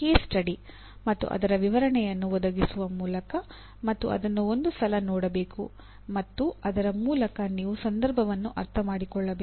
case study ಮತ್ತು ಅದರ ವಿವರಣೆಯನ್ನು ಒದಗಿಸುವ ಮೂಲಕ ಮತ್ತು ಅದನ್ನು ಒಂದು ಸಲ ನೋಡಬೇಕು ಮತ್ತು ಅದರ ಮೂಲಕ ನೀವು ಸಂದರ್ಭವನ್ನು ಅರ್ಥಮಾಡಿಕೊಳ್ಳಬೇಕು